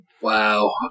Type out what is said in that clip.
Wow